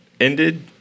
ended